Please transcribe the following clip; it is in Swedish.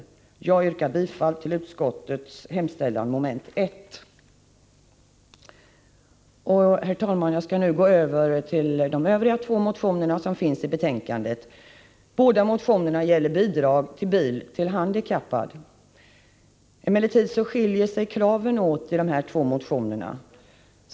Jag yrkar bifall till utskottets hemställan under mom. 1. Herr talman! Jag skall nu gå över till de övriga två motioner som har behandlats i betänkandet. Båda dessa motioner gäller bidrag till bil till handikappade. Emellertid skiljer sig kraven åt i motionerna.